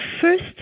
first